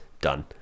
done